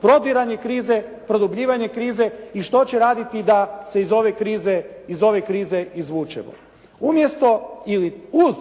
prodiranju krize, produbljivanje krize i što će raditi da se iz ove krize izvučemo. Umjesto ili uz